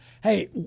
Hey